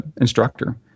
instructor